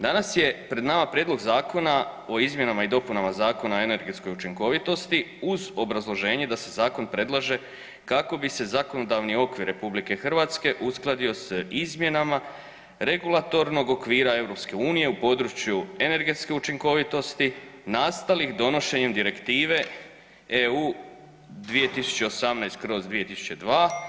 Danas je pred nama Prijedlog zakona o izmjenama i dopunama Zakona o energetskoj učinkovitosti uz obrazloženje da se zakon predlaže kako bi se zakonodavni okvir RH uskladio sa izmjenama regulatornog okvira EU u području energetske učinkovitosti nastalih donošenjem Direktive EU 2018/